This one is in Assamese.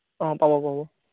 অঁ পাব পাব